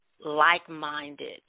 like-minded